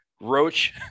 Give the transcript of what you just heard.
roach